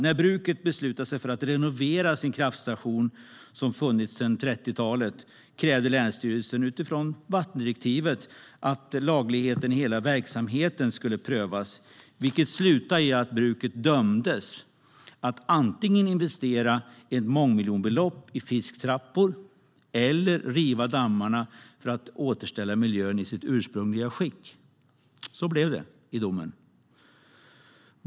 När bruket beslutade sig för att renovera sin kraftstation, som funnits sedan 1930-talet, krävde länsstyrelsen utifrån vattendirektivet att lagligheten i hela verksamheten skulle prövas, vilket slutade i att bruket dömdes att antingen investera ett mångmiljonbelopp i fisktrappor eller riva dammarna för att återställa miljön i dess ursprungliga skick. Så blev domen.